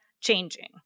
changing